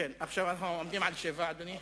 עומדים על שבע, אנחנו